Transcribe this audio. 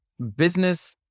business